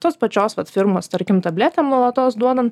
tos pačios vat firmos tarkim tabletėm nuolatos duodant